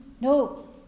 No